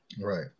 Right